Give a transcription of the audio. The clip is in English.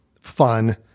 fun